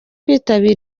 kwitabira